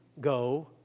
go